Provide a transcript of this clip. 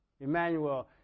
Emmanuel